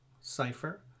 Cipher